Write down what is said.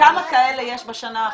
כמה כאלה יש בשנה האחרונה?